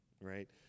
right